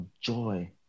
joy